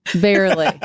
barely